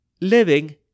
Living